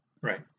right